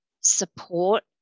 support